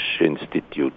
Institute